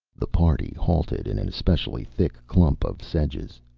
the party halted in an especially thick clump of sedges.